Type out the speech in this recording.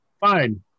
fine